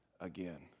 again